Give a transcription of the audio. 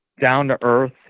down-to-earth